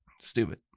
Stupid